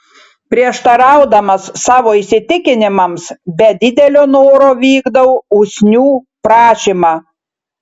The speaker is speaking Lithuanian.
prieštaraudamas savo įsitikinimams be didelio noro vykdau usnių prašymą